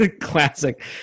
classic